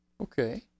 Okay